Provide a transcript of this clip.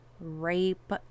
rape